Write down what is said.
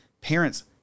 parents